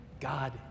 God